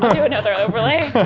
do another overlay. i